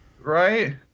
right